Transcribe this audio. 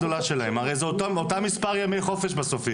הרי בסוף יהיה אותו מספר ימי חופש.